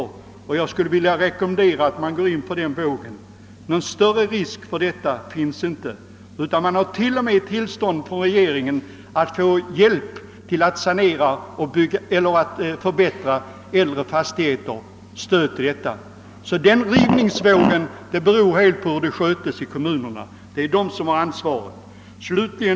Jag skulle vilja rekommendera den vägen för alla orter. Någon större risk för obefogade rivningar behöver då inte finnas. Man har ju t.o.m. fått regeringens löfte om stöd att förbättra äldre fastigheter. Om det blir en rivningsvåg beror sålunda helt på hur saken sköts i kommunerna; det är de som har ansvaret härvidlag.